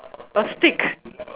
a stick